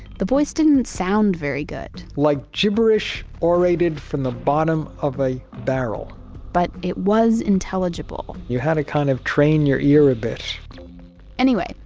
the voice didn't sound very good like jibberish orated from the bottom of a barrel but it was intelligible you had to kind of train your ear a bit anyway,